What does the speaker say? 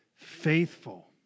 Faithful